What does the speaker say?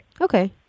Okay